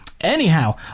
Anyhow